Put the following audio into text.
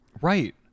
Right